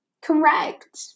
Correct